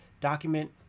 document